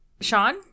Sean